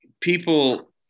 people